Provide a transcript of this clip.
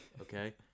okay